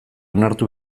onartu